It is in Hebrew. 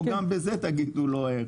או גם בזה תגידו לו איך?